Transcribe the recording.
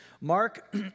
Mark